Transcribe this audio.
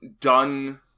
done